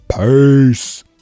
Peace